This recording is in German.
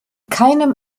keinem